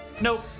Nope